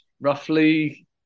roughly